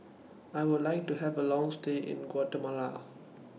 I Would like to Have A Long stay in Guatemala